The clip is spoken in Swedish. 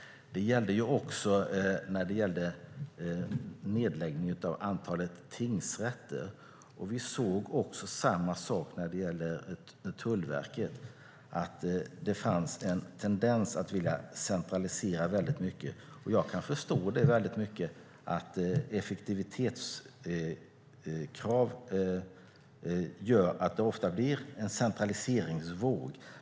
Det gällde också nedläggningen av ett antal tingsrätter. Vi såg även samma sak när det gällde Tullverket, nämligen att det fanns en tendens att vilja centralisera mycket. Jag kan förstå att effektivitetskrav gör att det ofta blir en centraliseringsvåg.